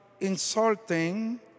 insulting